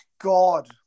God